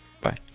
Bye